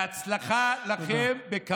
בהצלחה לכם.